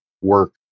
work